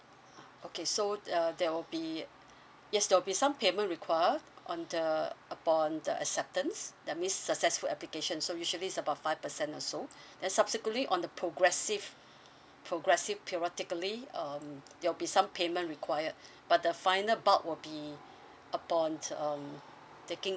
okay so uh there will be yes there'll be some payment required on the upon the acceptance that means successful application so usually it's about five percent also then subsequently on the progressive progressive periodically um there'll be some payment required but the final bulk would be um upon um taking